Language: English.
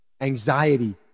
anxiety